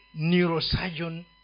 neurosurgeon